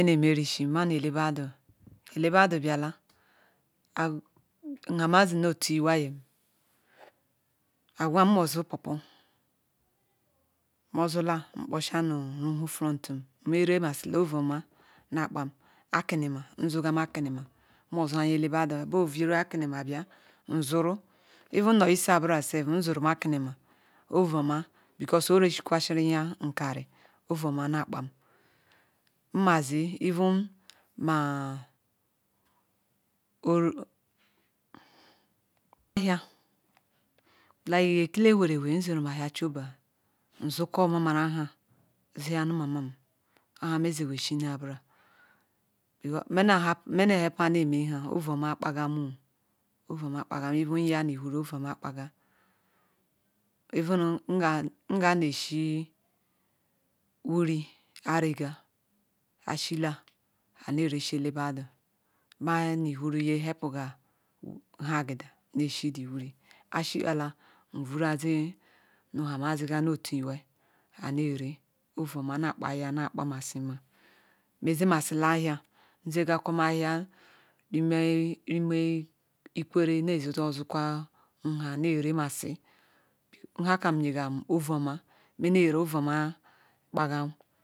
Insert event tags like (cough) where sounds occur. me ne me rishro manu chebadu ele bedu biala (hesitation) nha ma zi notu iwaiyi agwaa mo zu pao pao mozala nkpasa nu rahu foont me rea ma sila ovu oma na kpam akinina nzu gam akrnma bo vum okinina ovu oma becoun orekwa sirim nkari ovu oma ma (hesitation) lilu ekike wherewbe izerum ahia choba nzokam omumere nha zuganum mamam oha ne zzawou oshina mbura meme heyper nie menha ovu oma kpa gam ovu omo kpaga einu nge amshie wwe ariga ashiela a neri ayi sini ele bedu ma nu ihurum hie paga nhagida hea shie wiri nrshida varu ze nga me zi notu iwai abe ri ovu oma nakpaga Nekpa masim me ze ma nla akia nzegam ri nuya kawerre neze zorzukwa nha neare masi ha kam nyegem ovu oma na kpann